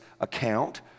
account